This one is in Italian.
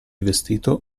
vestito